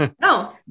No